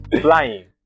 flying